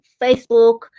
Facebook